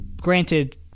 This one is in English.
granted